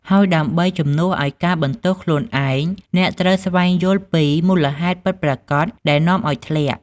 ហើយដើម្បី ជំនួសឲ្យការបន្ទោសខ្លួនឯង អ្នកត្រូវស្វែងយល់ពី មូលហេតុពិតប្រាកដ ដែលនាំឲ្យធ្លាក់។